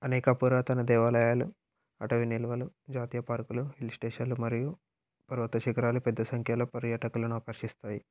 అనేక పురాతన దేవాలయాలు అటవీ నిల్వలు జాతీయ పార్కులు హిల్స్టేషన్లు మరియు పర్వత శిఖరాలు పెద్ద సంఖ్యలో పర్యాటకులను ఆకర్షిస్తాయి